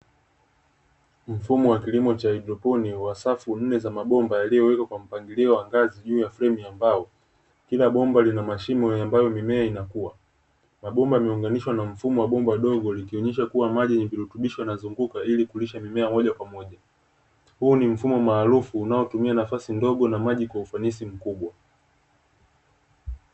Mfumo wa kilimo cha haidroponi wa safu nne za mabomba yaliyowekwa kwa mpangilio wa ngazi juu ya fremu ya mbao kila bomba lina mashimo ambayo mimea inakuwa, mabomba yameunganishwa na mfumo wa bomba dogo likionyesha kuwa maji ni virutubisho na vinazunguka ili kulisha mimea moja kwa moja, huu ni mfumo maalufu unaotumia nafasi ndogo na maji kwa ufanisi mkubwa.